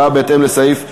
הודעה בהתאם לסעיף 31(ד)